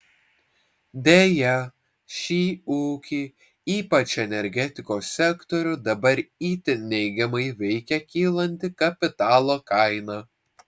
deja šį ūkį ypač energetikos sektorių dabar itin neigiamai veikia kylanti kapitalo kaina